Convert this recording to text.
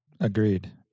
Agreed